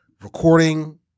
recording